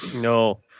no